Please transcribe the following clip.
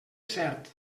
cert